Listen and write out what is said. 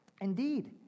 Indeed